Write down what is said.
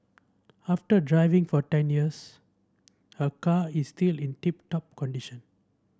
after driving for ten years her car is still in tip top condition